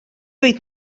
oedd